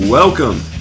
Welcome